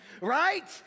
right